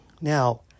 Now